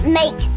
make